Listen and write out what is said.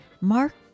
Mark